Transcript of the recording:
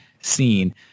scene